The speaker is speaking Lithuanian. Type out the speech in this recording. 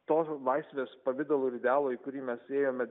tos laisvės pavidalo ir idealo į kurį mes ėjome